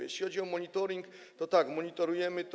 Jeśli chodzi o monitoring, tak, monitorujemy to.